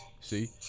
See